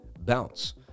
bounce